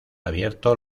abierto